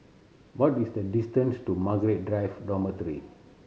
what is the distance to Margaret Drive Dormitory